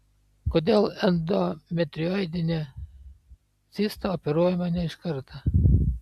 kodėl endometrioidinė cista operuojama ne iš karto